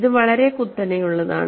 ഇത് വളരെ കുത്തനെയുള്ളതാണ്